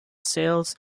sales